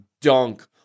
dunk